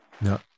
No